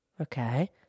Okay